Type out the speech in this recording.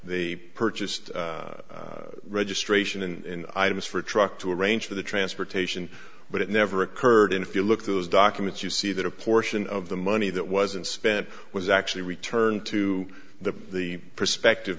they purchased registration in items for a truck to arrange for the transportation but it never occurred and if you look at those documents you see that a portion of the money that wasn't spent was actually returned to the the prospective